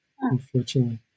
unfortunately